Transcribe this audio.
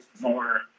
more